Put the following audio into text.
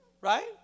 Right